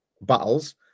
battles